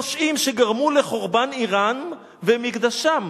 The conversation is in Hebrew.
פושעים שגרמו לחורבן עירם ומקדשם".